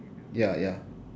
ya ya